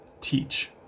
teach